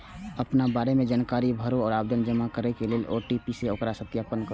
अपना बारे मे जानकारी भरू आ आवेदन जमा करै लेल ओ.टी.पी सं ओकरा सत्यापित करू